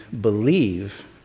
believe